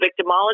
victimology